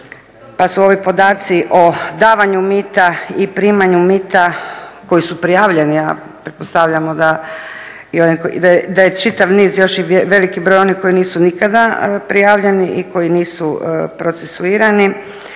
pa su ovi podaci o davanju mita i primanju mita koji su prijavljeni, a pretpostavljamo da je čitav niz još i veliki broj onih koji nisu nikada prijavljeni i koji nisu procesuirani,